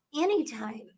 anytime